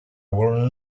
will